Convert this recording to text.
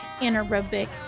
anaerobic